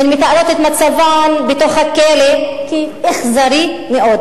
הן מתארות את מצבן בתוך הכלא כאכזרי מאוד,